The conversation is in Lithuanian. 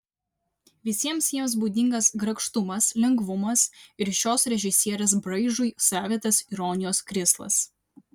visiems jiems būdingas grakštumas lengvumas ir šios režisierės braižui savitas ironijos krislas